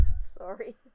Sorry